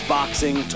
Boxing